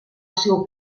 seu